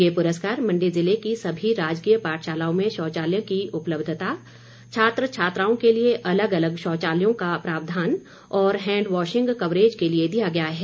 ये पुरस्कार मण्डी जिले की सभी राजकीय पाठशालाओं में शौचालयों की उपलब्यता छात्र छात्राओं के लिए अलग अलग शौचालयों का प्रावधान और हैंडवॉशिंग कवरेज के लिए दिया गया है